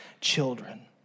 children